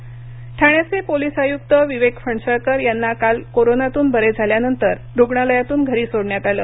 corona Thane ठाण्याचे police आयुक्त विवेक फणसळकर यांना काल कोरोनातून बरे झाल्यानंतर रुग्णालयातून घरी सोडण्यात आले